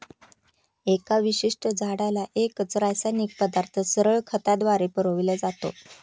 एका विशिष्ट झाडाला एकच रासायनिक पदार्थ सरळ खताद्वारे पुरविला जातो